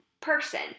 person